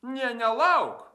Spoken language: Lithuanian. nė nelauk